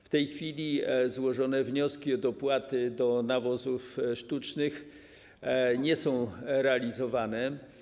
W tej chwili złożone wnioski o dopłaty do nawozów sztucznych nie są realizowane.